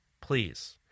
please